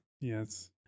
yes